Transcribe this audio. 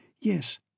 Yes